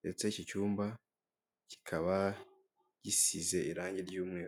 ndetse iki cyumba, kikaba gisize irangi ry'umweru.